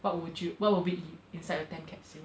what would you what would be inside the time capsule